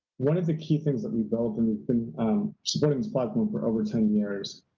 one of the key things that we built in supporting this for over ten years,